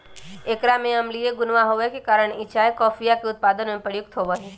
एकरा में अम्लीय गुणवा होवे के कारण ई चाय कॉफीया के उत्पादन में प्रयुक्त होवा हई